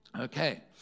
Okay